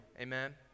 Amen